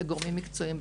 כגורמים מקצועיים,